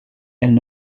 elles